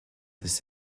this